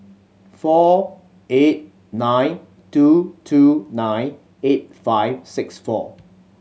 four eight nine two two nine eight five six four